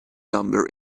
number